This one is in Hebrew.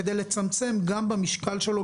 כדי לצמצם גם במשקל שלו,